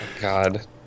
God